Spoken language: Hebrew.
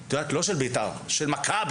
את יודעת לא של בית"ר של מכבי,